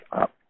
up